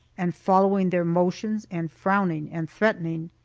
and following their motions and frowning and threatening.